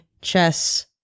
chess